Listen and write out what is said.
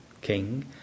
king